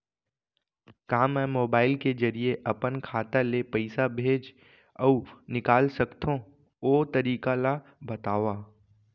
का मै ह मोबाइल के जरिए अपन खाता ले पइसा भेज अऊ निकाल सकथों, ओ तरीका ला बतावव?